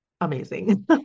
amazing